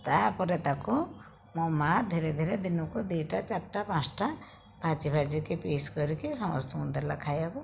ତା'ପରେ ତାକୁ ମୋ ମା ଧୀରେ ଧୀରେ ଦିନକୁ ଦୁଇଟା ଚାରିଟା ପାଞ୍ଚଟା ଭାଜି ଭାଜିକି ପିସ୍ କରିକି ସମସ୍ତଙ୍କୁ ଦେଲା ଖାଇବାକୁ